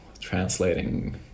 translating